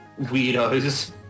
weirdos